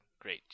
Great